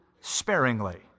sparingly